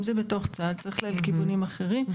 בתוך צה"ל צריך ללכת לכיוונים אחרים.